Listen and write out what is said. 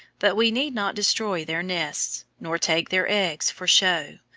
but we need not destroy their nests nor take their eggs for show,